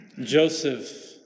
Joseph